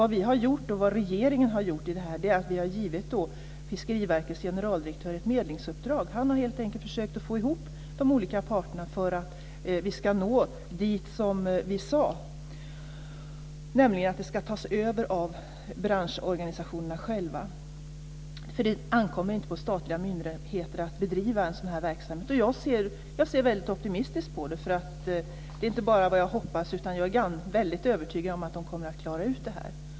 Det regeringen har gjort är att vi har givit Fiskeriverkets generaldirektör ett medlingsuppdrag. Han har helt enkelt försökt att få ihop de olika parterna för att vi ska nå dit vi sade, nämligen att detta ska tas över av branschorganisationerna själva. Det ankommer inte på statliga myndigheter att bedriva sådan här verksamhet. Jag ser väldigt optimistiskt på detta. Det är inte bara vad jag hoppas, utan jag är övertygad om att de kommer att klara detta.